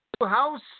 House